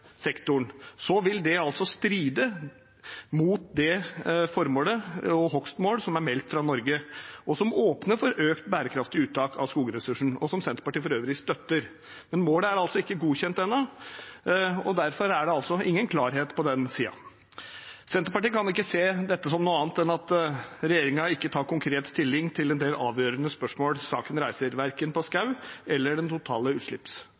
sektoren, vil det altså stride mot det formålet, og hogstmålet, som er meldt fra Norge, og som åpner for økt bærekraftig uttak av skogressursen, og som Senterpartiet for øvrig støtter. Men målet er altså ikke godkjent ennå, og derfor er det ingen klarhet på den siden. Senterpartiet kan ikke se dette som noe annet enn at regjeringen ikke tar konkret stilling til en del avgjørende spørsmål saken reiser, verken for skog eller for den totale